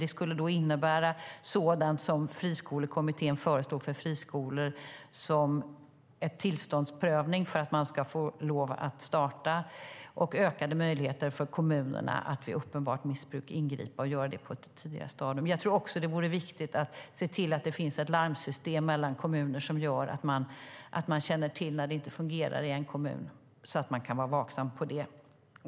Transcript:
Då skulle sådant som Friskolekommittén föreslog, såsom tillståndsprövning för att få lov att starta och ökade möjligheter för kommunerna att vid uppenbart missbruk ingripa och göra det på ett tidigare stadium, också gälla för förskolor. Det är också viktigt att inrätta ett larmsystem mellan kommuner så att andra kommuner får vetskap om när det inte fungerar i en kommun och kan vara vaksamma på det.